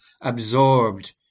absorbed